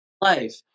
Life